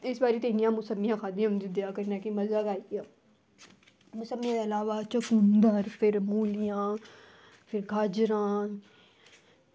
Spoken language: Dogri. इस बारी इन्नियां मौसमियां खाद्धियां मरूदें आहङर कि मज़ा गै आई गेआ मौसमियें दे इलावा चुकंदर ते फिर मूलियां ते फिर गाजरां